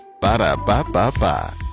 Ba-da-ba-ba-ba